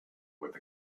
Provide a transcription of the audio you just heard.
with